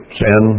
sin